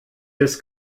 des